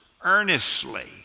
earnestly